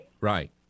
Right